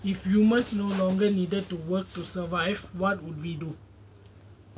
if humans no longer needed to work to survive what would we do